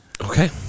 okay